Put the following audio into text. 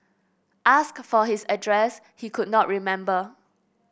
asked for his address he could not remember